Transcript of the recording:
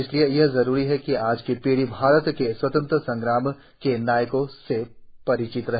इसलिए यह जरूरी है कि आज की पीढ़ी भारत के स्वतंत्रता संग्राम के नायकों से परिचित रहे